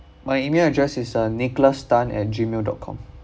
my email address is uh nicholas tan at gmail dot com